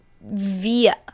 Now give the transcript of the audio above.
via